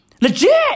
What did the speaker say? Legit